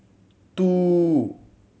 two